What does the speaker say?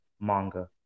manga